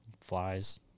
flies